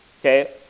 Okay